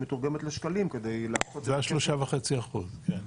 מתורגמת לשקלים כדי --- זה ה-3.5% כן.